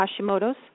Hashimoto's